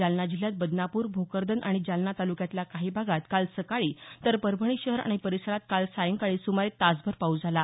जालना जिल्ह्यात बदनापूर भोकरदन आणि जालना तालुक्यातल्या काही भागात काल सकाळी तर परभणी शहर आणि परिसरात काल सायंकाळी सुमारे तासभर पाऊस झाला